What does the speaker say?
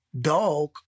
dog